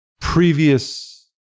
previous